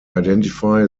identify